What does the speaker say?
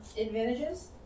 advantages